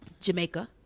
Jamaica